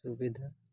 ᱥᱩᱵᱤᱫᱷᱟ